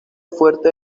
fuerte